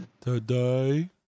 Today